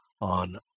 on